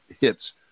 hits